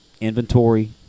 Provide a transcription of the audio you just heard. inventory